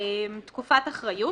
"תקופת אחריות"